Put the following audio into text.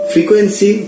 Frequency